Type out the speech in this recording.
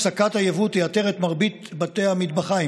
הפסקת היבוא תייתר את מרבית בתי המטבחיים,